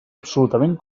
absolutament